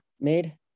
made